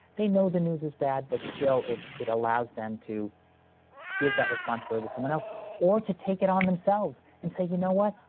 they know the news is bad, but still it, it allows them to give that responsibility to someone else or to take it on themselves and say, you know what?